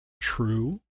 true